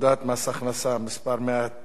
190 והוראת שעה),